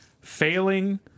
failing